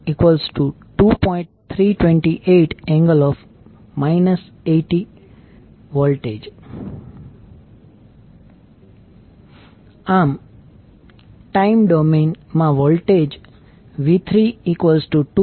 328∠ 80V time domain માં voltage v32